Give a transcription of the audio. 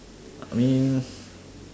I mean